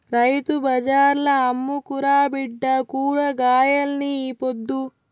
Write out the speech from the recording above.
రైతు బజార్ల అమ్ముకురా బిడ్డా కూరగాయల్ని ఈ పొద్దు